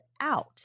out